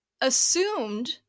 assumed